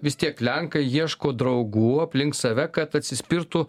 vis tiek lenkai ieško draugų aplink save kad atsispirtų